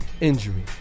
injury